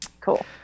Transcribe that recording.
cool